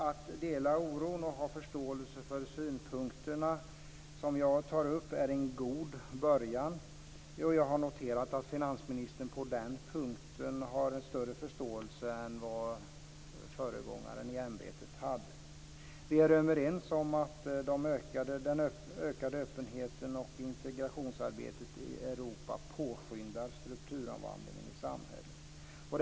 Att dela oron och ha förståelse för synpunkterna som jag tar upp är en god början. Jag har noterat att finansministern har en större förståelse på den punkten än vad föregångaren i ämbetet hade. Vi är överens om att den ökade öppenheten och integrationsarbetet i Europa påskyndar strukturomvandlingen i samhället.